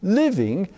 living